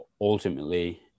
ultimately